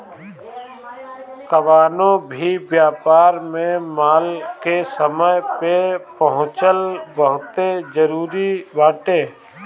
कवनो भी व्यापार में माल के समय पे पहुंचल बहुते जरुरी बाटे